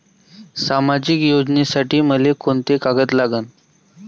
सामाजिक योजनेसाठी मले कोंते कागद लागन?